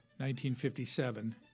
1957